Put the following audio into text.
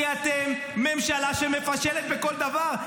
כי אתם ממשלה שמפשלת בכל דבר.